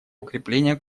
укрепление